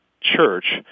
church